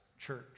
Church